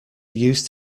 used